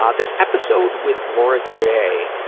um this episode with laura j.